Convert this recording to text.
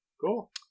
Cool